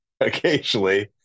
occasionally